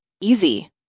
easy